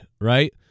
right